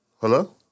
Hello